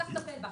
צריך לטפל בה.